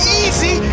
easy